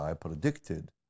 predicted